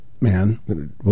Man